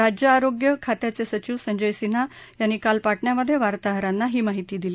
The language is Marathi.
राज्य आरोग्य खात्याचे सचिव संजय सिन्हा यांनी काल पाटण्यामधे वार्ताहरांना ही माहिती दिली